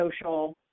social